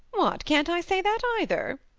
what can't i say that either?